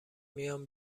میام